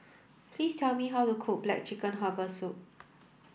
please tell me how to cook black chicken herbal soup